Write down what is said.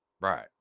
right